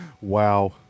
Wow